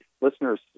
listeners